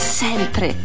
sempre